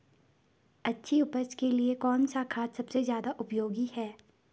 अच्छी उपज के लिए कौन सा खाद सबसे ज़्यादा उपयोगी है?